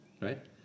Right